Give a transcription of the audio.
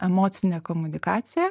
emocinę komunikaciją